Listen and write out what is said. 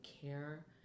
care